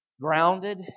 grounded